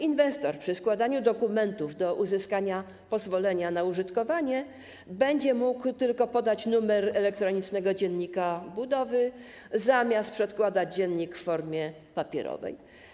Inwestor przy składaniu dokumentów niezbędnych do uzyskania pozwolenia na użytkowanie będzie mógł tylko podać numer elektronicznego dziennika budowy, zamiast przedkładać dziennik w formie papierowej.